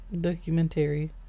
documentary